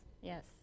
yes